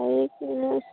ꯂꯥꯏꯔꯤꯛ ꯀꯥꯏꯅ